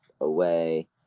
away